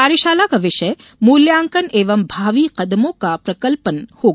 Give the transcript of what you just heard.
कार्यशाला का विषय मूल्यांकन एवं भावी कदमों का प्रकल्पन होगा